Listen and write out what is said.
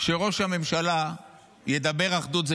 שראש הממשלה ידבר אחדות,